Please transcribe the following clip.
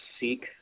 seek